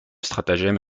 stratagème